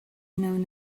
known